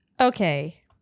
Okay